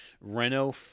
Renault